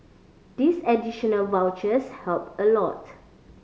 these additional vouchers help a lot